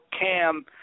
Cam